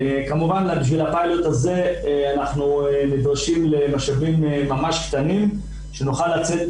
כמובן לפיילוט הזה אנחנו נדרשים למשאבים ממש קטנים כדי לצאת